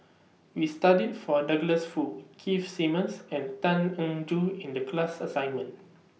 We studied For Douglas Foo Keith Simmons and Tan Eng Joo in The class assignment